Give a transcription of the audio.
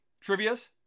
trivia's